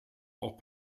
auch